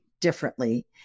differently